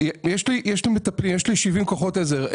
יש לי כ-70 כוחות עזר;